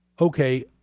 okay